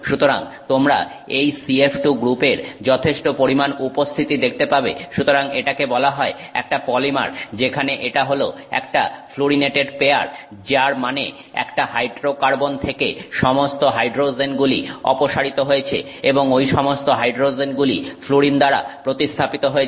সুতরাং তোমরা এই CF2 গ্রুপের যথেষ্ট পরিমাণ উপস্থিতি দেখতে পাবে সুতরাং এটাকে বলা হয় একটা পলিমার যেখানে এটা হল একটা ফ্লুরিনেটেড পেয়ার যার মানে একটা হাইড্রোকার্বন থেকে সমস্ত হাইড্রোজেনগুলি অপসারিত হয়েছে এবং ঐ সমস্ত হাইড্রোজেনগুলি ফ্লুরিন দ্বারা প্রতিস্থাপিত হয়েছে